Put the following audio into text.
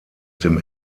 dem